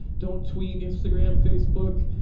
don't tweet, instagram, facebook,